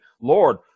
Lord